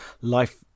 life